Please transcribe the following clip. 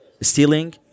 stealing